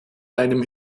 einem